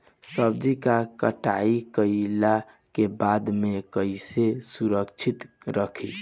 सब्जी क कटाई कईला के बाद में कईसे सुरक्षित रखीं?